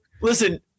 listen